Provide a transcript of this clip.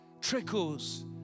trickles